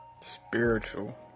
Spiritual